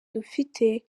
dufite